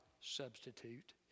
substitute